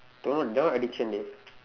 that one that one addiction dey